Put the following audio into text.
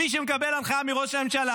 מי שמקבל הנחיה בראש הממשלה,